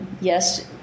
yes